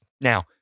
Now